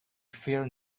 fear